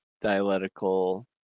dialectical